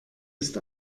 ist